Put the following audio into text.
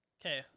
Okay